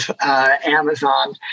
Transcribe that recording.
Amazon